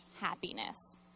happiness